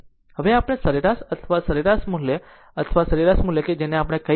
હવે આપણે સરેરાશ અથવા સરેરાશ સરેરાશ મૂલ્ય અથવા સરેરાશ મૂલ્ય કે આપણે ક